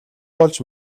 болж